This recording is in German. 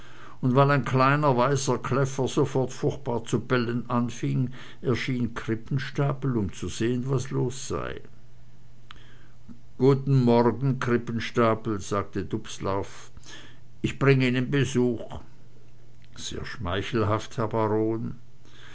und weil ein kleiner weißer kläffer sofort furchtbar zu bellen anfing erschien krippenstapel um zu sehen was los sei guten morgen krippenstapel sagte dubslav ich bring ihnen besuch sehr schmeichelhaft